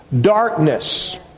darkness